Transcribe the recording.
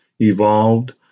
evolved